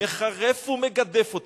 מחרף ומגדף אותי,